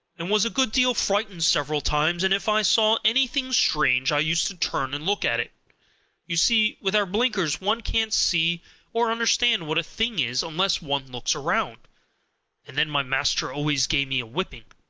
and was a good deal frightened several times, and if i saw anything strange i used to turn and look at it you see, with our blinkers one can't see or understand what a thing is unless one looks round and then my master always gave me a whipping,